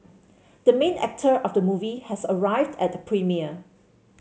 the main actor of the movie has arrived at the premiere